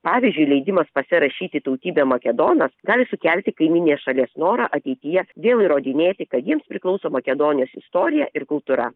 pavyzdžiui leidimas pase rašyti tautybę makedonas gali sukelti kaimyninės šalies norą ateityje vėl įrodinėti kad jiems priklauso makedonijos istorija ir kultūra